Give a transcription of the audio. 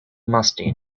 musty